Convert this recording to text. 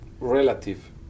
relative